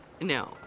No